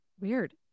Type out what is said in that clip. Weird